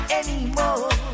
anymore